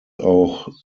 auch